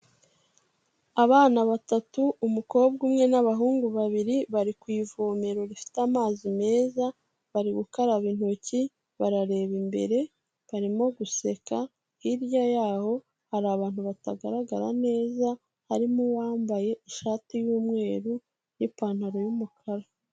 Abana batatu umukobwa umwe n'abahungu babiri bari ku ivomero rifite amazi meza, bari gukaraba intoki barareba imbere, barimo guseka hirya yaho hari abantu batagaragara neza, harimo uwambaye ishati y'umweru n'ipantaro y'umukara.